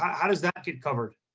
how does that get covered?